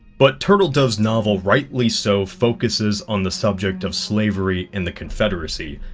but turtledove's novel rightly so focuses on the subject of slavery in the confederacy.